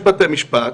יש בתי משפט,